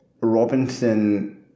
Robinson